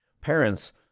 Parents